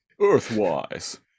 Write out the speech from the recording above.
Earthwise